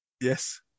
Yes